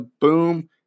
boom